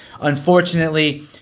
Unfortunately